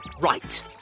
Right